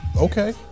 Okay